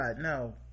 no